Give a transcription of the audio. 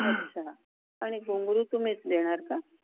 अच्छा आणि घुंगरू तुम्हीच देणार का